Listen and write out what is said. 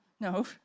No